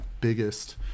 biggest